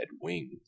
wings